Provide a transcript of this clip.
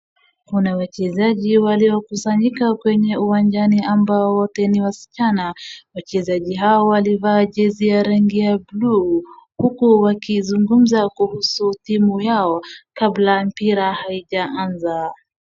Kuna wachezaji waliokusanyika kwenye uwanjani ambao wote ni wasichana. Wachezaji hao wote walivaa jezi ya rangi ya buluu huku wakizungumza kuhusu timu yao kabla mpira haijaanza.